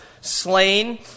slain